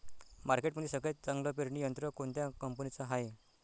मार्केटमंदी सगळ्यात चांगलं पेरणी यंत्र कोनत्या कंपनीचं हाये?